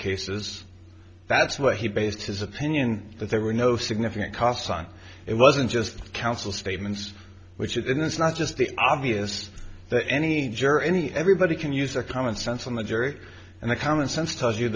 cases that's what he based his opinion that there were no significant costs on it wasn't just counsel statements which you then it's not just the obvious that any juror any everybody can use a common sense on the jury and the common sense tells you